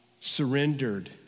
surrendered